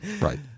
right